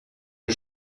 ihr